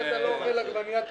--- שאתה לא אוכל עגבנייה טורקית,